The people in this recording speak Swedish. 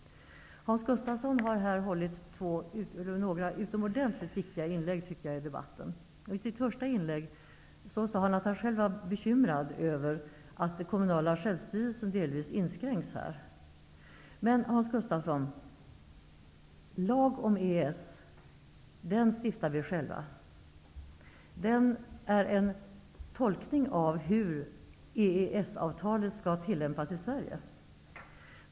Hans Gustafsson har gjort några utomordentligt viktiga inlägg i debatten, tycker jag. I sitt första anförande sade han att han själv var bekymrad över att den kommunala självstyrelsen delvis inskränks. Men, Hans Gustafsson, lag om EES stiftar vi själva. Den är en tolkning av hur EES-avtalet skall tillämpas i Sverige.